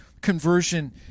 conversion